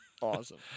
awesome